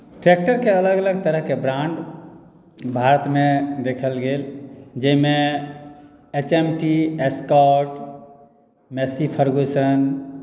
ट्रैक्टरके अलग अलग तरहके ब्राण्ड भारतमे देखल गेल जाहिमे H M T Escort Massey Ferguson